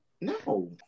No